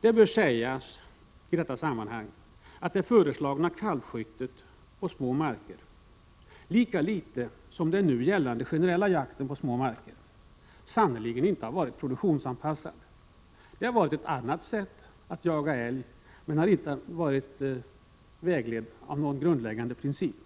Det bör sägas att det föreslagna kalvskyttet på små marker lika litet som den nu gällande generella jakten på små marker sannerligen inte har varit produktionsanpassad. Det har varit ett sunt sätt att jaga älg som inte varit väglett av någon grundläggande princip.